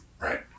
Right